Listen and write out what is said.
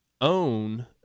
own